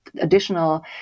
additional